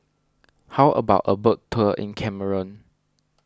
how about a boat tour in Cameroon